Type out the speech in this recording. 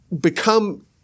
become